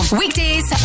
weekdays